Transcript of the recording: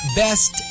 best